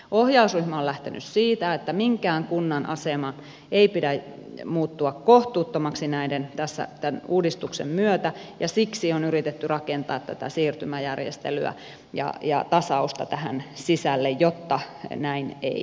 ohjausryhmä on lähtenyt siitä että minkään kunnan aseman ei pidä muuttua kohtuuttomaksi tämän uudistuksen myötä ja siksi on yritetty rakentaa tätä siirtymäjärjestelyä ja tasausta tähän sisälle jotta näin ei myöskään kävisi